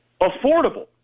affordable